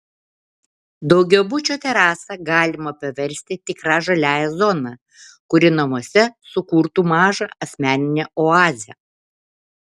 daugiabučio terasą galima paversti tikra žaliąja zona kuri namuose sukurtų mažą asmeninę oazę